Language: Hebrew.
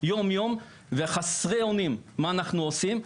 יום ויום ואנחנו חסרי אונים מה אנחנו עושים.